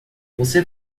você